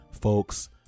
folks